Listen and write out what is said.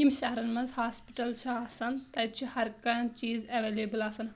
یِم شہرن منٛز ہاسپِٹل چھِ آسان تَتہِ چھُ ہر کانٛہہ چیٖز اٮ۪وَلیبٕل آسان